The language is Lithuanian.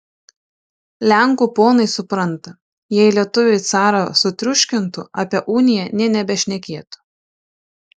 lenkų ponai supranta jei lietuviai carą sutriuškintų apie uniją nė nebešnekėtų